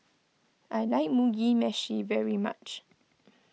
I like Mugi Meshi very much